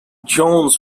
jones